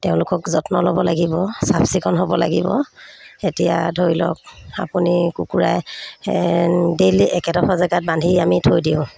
তেওঁলোকক যত্ন ল'ব লাগিব চাফ চিকুণ হ'ব লাগিব এতিয়া ধৰি লওক আপুনি কুকুৰাই ডেইলি একেডখৰ জেগাত বান্ধি আমি থৈ দিওঁ